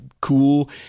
cool